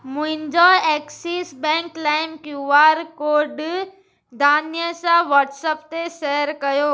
मुंहिंजो Axis bank लाइम Q R code दानिय सां व्हाट्सएप ते सेयर कयो